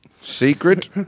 Secret